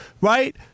right